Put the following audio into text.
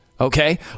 Okay